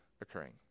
occurring